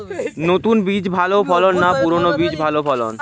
নতুন বীজে ভালো ফলন না পুরানো বীজে ভালো ফলন?